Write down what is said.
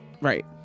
Right